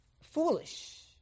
foolish